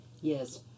Yes